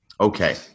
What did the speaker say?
Okay